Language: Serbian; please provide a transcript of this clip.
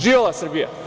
Živela Srbija!